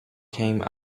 came